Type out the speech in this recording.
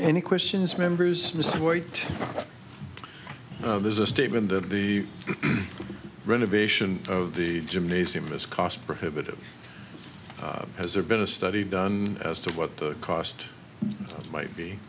any questions members mr boyd there's a statement that the renovation of the gymnasium is cost prohibitive has there been a study done as to what the cost might be